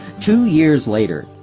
two years later,